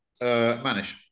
Manish